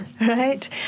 right